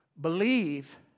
Believe